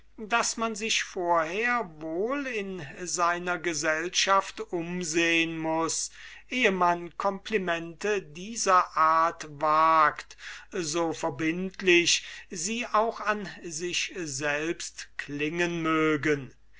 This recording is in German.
daß man sich vorher wohl in seiner gesellschaft umsehen muß ehe man complimente dieser art wagt so verbindlich sie auch an sich selbst klingen mögen